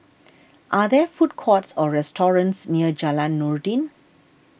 are there food courts or restaurants near Jalan Noordin